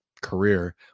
career